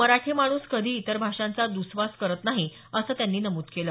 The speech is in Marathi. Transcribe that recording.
मराठी माणूस कधीही इतर भाषांचा दुस्वास करत नाही असं कदम यांनी नमूद केलं